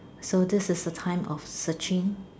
so this is the time of searching